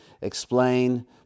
explain